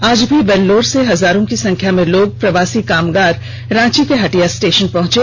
आज भी वेल्लोर से हजारो की संख्या मे लोग प्रवासी कामगार रांची के हटिया स्टेषन पहुंचे